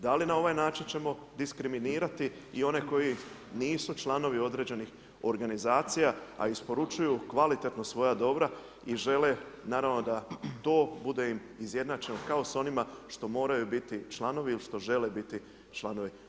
Da li na ovaj način ćemo diskriminirati i one koji nisu članovi određenih organizacija, a isporučuju kvalitetno svoja dobra i žele, naravno, da to bude im izjednačeno kao sa onima što moraju biti članovi ili što žele biti članovi.